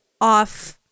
off